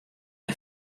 nei